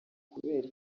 kubera